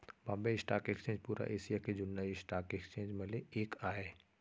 Bombay stock exchange पुरा Asia के जुन्ना स्टॉक एक्सचेंज म ले एक आय